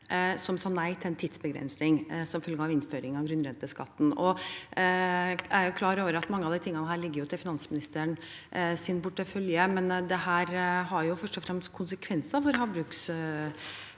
som sa nei til en tidsbegrensning som følge av innføring av grunnrenteskatten. Jeg er klar over at mange av disse tingene ligger til finansministerens portefølje, men det har jo først og fremst konsekvenser for havbruksnæringen,